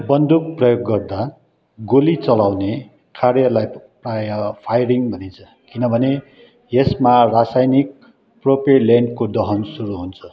बन्दुक प्रयोग गर्दा गोली चलाउने कार्यलाई प्राय फायरिङ भनिन्छ किनभने यसमा रासायनिक प्रोपेलेन्टको दहन शुरु हुन्छ